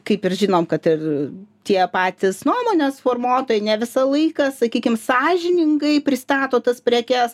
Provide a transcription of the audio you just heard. kaip ir žinom kad ir tie patys nuomonės formuotojai ne visą laiką sakykim sąžiningai pristato tas prekes